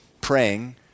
praying